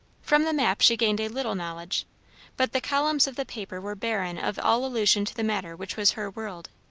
from the map she gained a little knowledge but the columns of the paper were barren of all allusion to the matter which was her world,